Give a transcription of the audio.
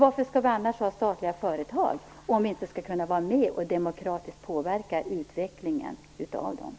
Varför skall vi ha statliga företag om vi inte skall kunna vara med och demokratiskt påverka utvecklingen av dem?